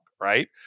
Right